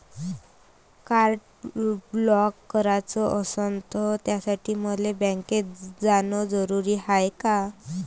Card block कराच असनं त त्यासाठी मले बँकेत जानं जरुरी हाय का?